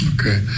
Okay